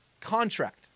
contract